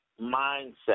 mindset